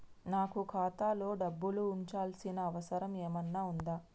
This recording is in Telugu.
నాకు ఖాతాలో డబ్బులు ఉంచాల్సిన అవసరం ఏమన్నా ఉందా?